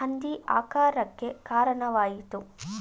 ಹಂದಿ ಆಕಾರಕ್ಕೆ ಕಾರಣವಾಯಿತು